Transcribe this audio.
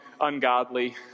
ungodly